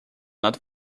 not